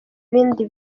ibindi